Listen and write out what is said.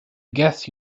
guess